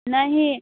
नहीं